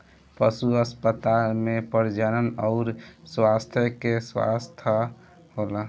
पशु अस्पताल में प्रजनन अउर स्वास्थ्य के व्यवस्था होला